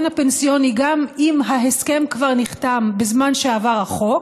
הפנסיוני גם אם ההסכם כבר נחתם בזמן שעבר החוק,